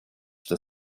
что